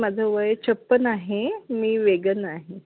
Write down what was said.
माझं वय छप्पन आहे मी वेगन आहे